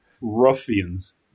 ruffians